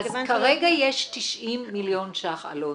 אז כרגע יש 90 מיליון שקלים, אלון.